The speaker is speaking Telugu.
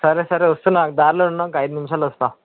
సరే సరే వస్తున్నాను ఆగు దారిలో ఉన్న ఒక ఐదు నిమిషాలలో వస్తాను